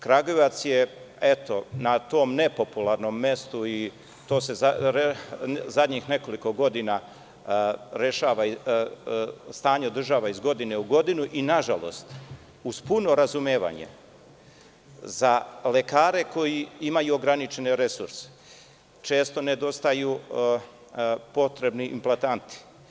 Kragujevac je, eto, na tom nepopularnom mestu i to se zadnjih nekoliko godina stanje održava iz godine u godinu i nažalost, uz puno razumevanje za lekare koji imaju ograničeni resurs, često nedostaju potrebni implatanti.